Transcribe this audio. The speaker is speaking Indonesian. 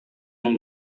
yang